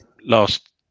last